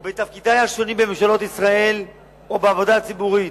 או בתפקידי השונים בממשלות ישראל או בעבודה הציבורית,